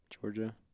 Georgia